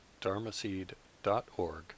dharmaseed.org